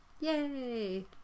Yay